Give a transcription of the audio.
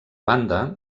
banda